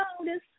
notice